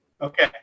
Okay